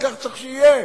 וכך צריך שיהיה.